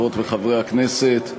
חברות וחברי הכנסת,